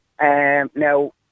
Now